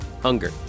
Hunger